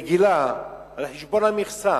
לרגילה על חשבון המכסה,